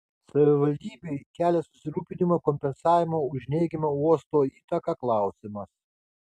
savivaldybei kelia susirūpinimą kompensavimo už neigiamą uosto įtaką klausimas